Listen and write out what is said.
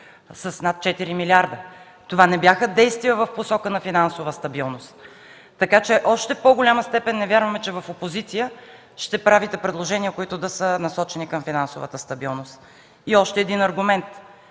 с над 4 милиарда? Това не бяха действия в посока на финансова стабилност. Така че в още по-голяма степен не вярваме, че в опозиция ще правите предложения, които да са насочени към финансовата стабилност. И още един аргумент.